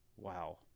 Wow